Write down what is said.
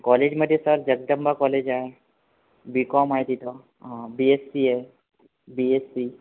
कॉलेजमधे sir Jagdamba college आहे B com आहे तिथं अं बीएस्सी आहे बीएस्सी